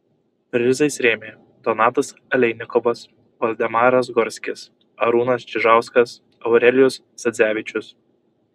prizais rėmė donatas aleinikovas valdemaras gorskis arūnas čižauskas aurelijus sadzevičius